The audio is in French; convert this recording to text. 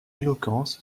éloquence